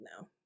no